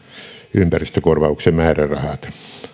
ympäristökorvauksen määrärahat